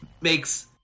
makes